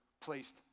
placed